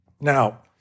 Now